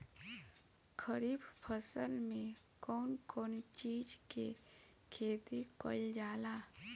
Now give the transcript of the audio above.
खरीफ फसल मे कउन कउन चीज के खेती कईल जाला?